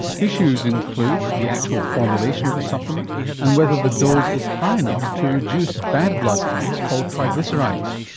issues include the actual formulation of the supplement and whether the dose is high enough to reduce bad blood fats called triglycerides.